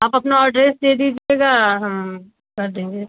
आप अपना एड्रेस दे दीजिएगा हम कर देंगे